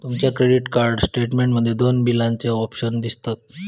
तुमच्या credit card statement मध्ये दोन बिलाचे ऑप्शन दिसतले